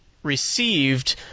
received